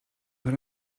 but